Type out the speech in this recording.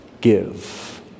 give